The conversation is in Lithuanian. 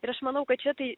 ir aš manau kad čia tai